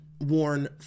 worn